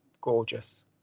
gorgeous